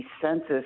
census